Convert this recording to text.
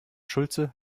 schulze